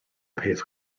peth